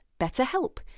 BetterHelp